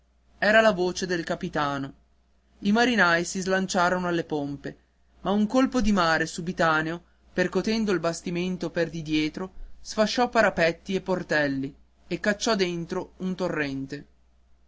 era la voce del capitano i marinai si slanciarono alle pompe ma un colpo di mare subitaneo percotendo il bastimento per di dietro sfasciò parapetti e portelli e cacciò dentro un torrente